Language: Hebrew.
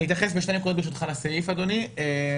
אני אתייחס בשתי נקודות לסעיף: א',